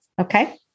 okay